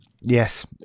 Yes